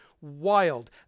wild